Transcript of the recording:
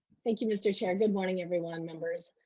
thank you, mister chair, good morning, everyone members.